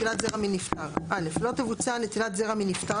נטילת זרע מנפטר 3. (א) לא תבוצע נטילת זרע מנפטר